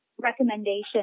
recommendation